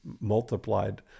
multiplied